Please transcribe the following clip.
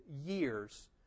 years